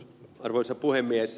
arvoisa puhemies